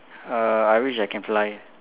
uh I wish I can fly